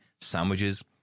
sandwiches